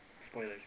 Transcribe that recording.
Spoilers